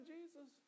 Jesus